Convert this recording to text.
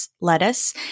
lettuce